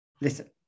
listen